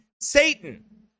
Satan